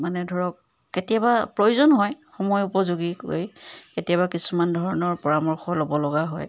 মানে ধৰক কেতিয়াবা প্ৰয়োজন হয় সময় উপযোগীকৈ কেতিয়াবা কিছুমান ধৰণৰ পৰামৰ্শ ল'ব লগা হয়